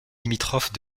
limitrophe